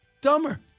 Dumber